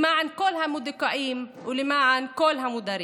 למען כל המדוכאים ולמען כל המודרים.